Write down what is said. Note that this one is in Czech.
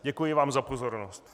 Děkuji vám za pozornost.